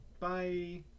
Bye